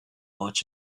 watch